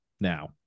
now